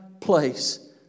place